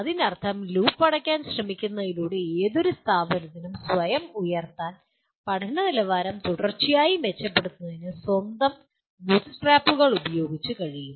അതിനർത്ഥം ലൂപ്പ് അടയ്ക്കാൻ ശ്രമിക്കുന്നതിലൂടെ ഏതൊരു സ്ഥാപനത്തിനും സ്വയം ഉയർത്താൻ പഠന നിലവാരം തുടർച്ചയായി മെച്ചപ്പെടുത്തുന്നതിന് സ്വന്തം ബൂട്ട് സ്ട്രാപ്പുകൾ ഉപയോഗിച്ച് കഴിയും